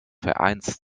vereins